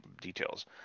details